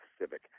Civic